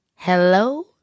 Hello